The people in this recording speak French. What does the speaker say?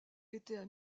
étaient